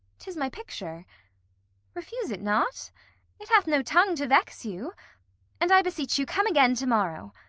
t is my picture refuse it not it hath no tongue to vex you and i beseech you come again to-morrow.